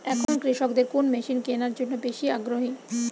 এখন কৃষকদের কোন মেশিন কেনার জন্য বেশি আগ্রহী?